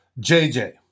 JJ